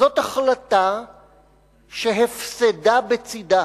זאת החלטה שהפסדה בצדה.